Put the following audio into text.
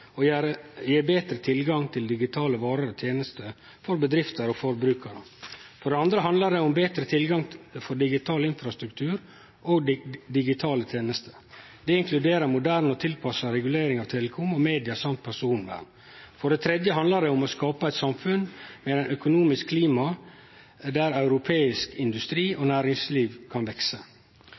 gje betre tilgang til digitale varer og tenester for bedrifter og forbrukarar. For det andre handlar det om betre tilrettelegging for digital infrastruktur og digitale tenester. Det inkluderer moderne og tilpassa regulering av telekom og media og personvern. For det tredje handlar det om å skape eit samfunn med eit økonomisk klima der europeisk industri og næringsliv kan vekse.